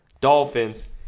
Dolphins